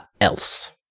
else